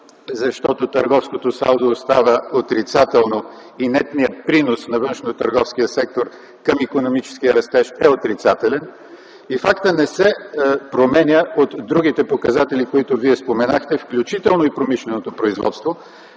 защото търговското салдо остава отрицателно и нетният принос на външнотърговския сектор към икономическия растеж е отрицателен. И фактът не се променя от другите показатели, които Вие споменахте, включително промишленото производство.